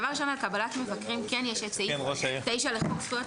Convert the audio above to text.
דבר ראשון על קבלת מבקרים כן יש את סעיף 9 לחוק זכויות